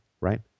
right